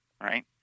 right